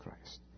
Christ